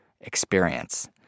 experience